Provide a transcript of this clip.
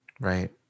Right